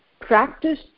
practice